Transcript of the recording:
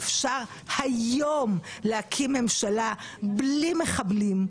אפשר היום להקים ממשלה בלי מחבלים,